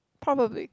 probably